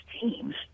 teams